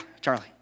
Charlie